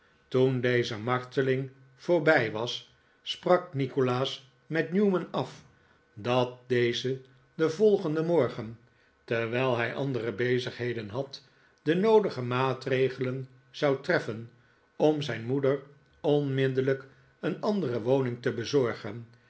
toen deze marteling voorbij was sprak nikolaas met newman af dat deze den volgenden morgen terwijl hij andere bezigheden had de noodige maatregelen zou treffen om zijn moeder onmiddellijk een andere woning te bezorgen